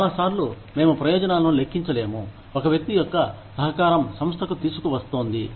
చాలాసార్లు మేము ప్రయోజనాలను లెక్కించలేము ఒక వ్యక్తి యొక్క సహకారం సంస్థకు తీసుకువస్తోంది